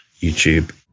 YouTube